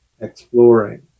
exploring